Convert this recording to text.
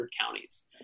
counties